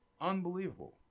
Unbelievable